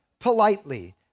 Politely